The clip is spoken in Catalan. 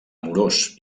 amorós